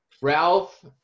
Ralph